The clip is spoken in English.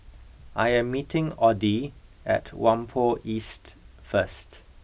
I am meeting Oddie at Whampoa East first